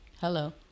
Hello